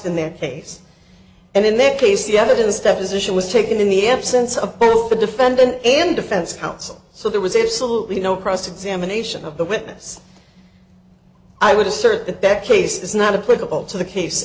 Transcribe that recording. in their case and in that case the evidence deposition was taken in the absence of both the defendant and defense counsel so there was absolutely no cross examination of the witness i would assert that that case is not a political to the case